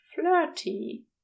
flirty